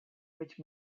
which